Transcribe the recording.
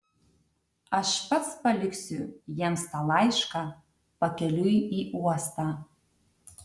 aš pats paliksiu jiems tą laišką pakeliui į uostą